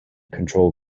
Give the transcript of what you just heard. control